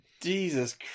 Jesus